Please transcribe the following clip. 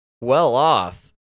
well-off